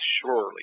surely